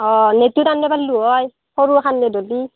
অ' সৰু এখন নেট হ'লি